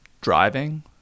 driving